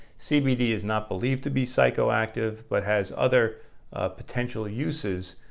cbd is not believed to be psychoactive but has other potential uses